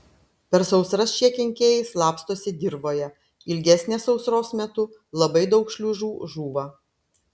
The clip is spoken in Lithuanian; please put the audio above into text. per sausras šie kenkėjai slapstosi dirvoje ilgesnės sausros metu labai daug šliužų žūva